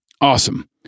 Awesome